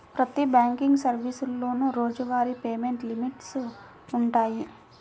ప్రతి బ్యాంకింగ్ సర్వీసులోనూ రోజువారీ పేమెంట్ లిమిట్స్ వుంటయ్యి